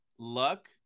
luck